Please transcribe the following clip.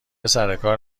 سرکار